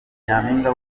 nyampinga